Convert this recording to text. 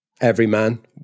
everyman